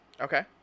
Okay